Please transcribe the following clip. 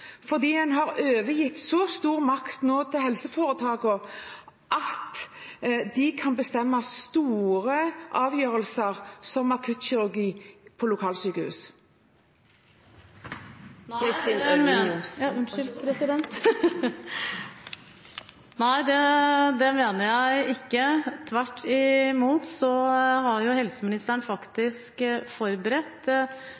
fordi en nå har overgitt så stor makt til helseforetakene at de kan bestemme og ta store avgjørelser, om f.eks. akuttkirurgi på lokalsykehus? Nei, det mener jeg ikke. Tvert imot har helseministeren